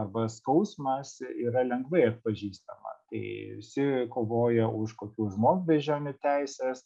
arba skausmas yra lengvai atpažįstama tai visi kovoja už kokių žmogbeždžionių teises